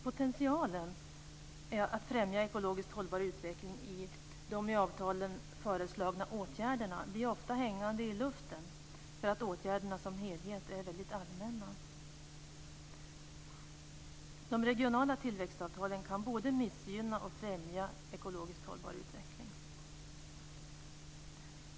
Potentialen att främja ekologiskt hållbar utveckling i de av avtalen föreslagna åtgärderna blir ofta hängande i luften eftersom åtgärderna som helhet är allmänt hållna. De regionala tillväxtavtalen kan både missgynna och främja ekologiskt hållbar utveckling.